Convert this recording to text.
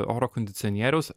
oro kondicionieriaus